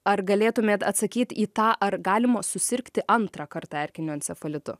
ar galėtumėt atsakyti į tą ar galima susirgti antrą kartą erkiniu encefalitu